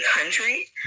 country